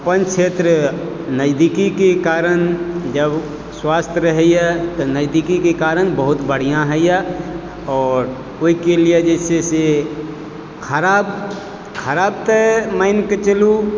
अपन क्षेत्र नजदीकीके कारण जब स्वास्थ्य रहैए तऽ नजदीकीके कारण बहुत बढ़िआँ होइए आओर ओहिके लिए जे छै से खराब खराब ते मानिके चलू